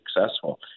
successful